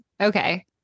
okay